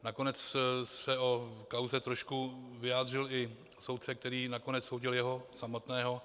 Nakonec se o kauze trošku vyjádřil i soudce, který nakonec soudil jeho samotného.